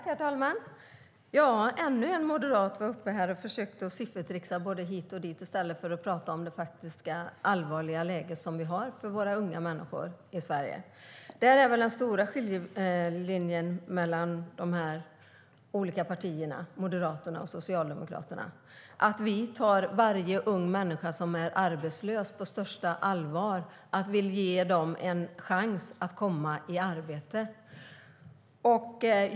Herr talman! Ännu en moderat gick upp och försökte siffertricksa hit och dit i stället för att tala om det allvarliga läget i Sverige för våra unga människor. Här går den stora skiljelinjen mellan Moderaterna och Socialdemokraterna. Vi tar varje arbetslös ung människa på största allvar och vill ge dem alla en chans att komma i arbete.